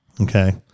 Okay